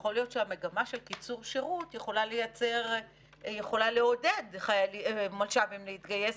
יכול להיות שהמגמה של קיצור שירות יכולה לעודד מלש"בים להתגייס,